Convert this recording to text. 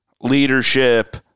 leadership